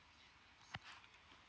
mm